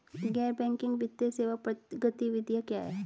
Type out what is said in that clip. गैर बैंकिंग वित्तीय सेवा गतिविधियाँ क्या हैं?